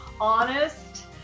honest